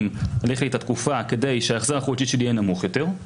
להאריך לי את התקופה כדי שההחזר החודשי שלי יהיה נמוך יותר,